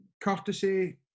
courtesy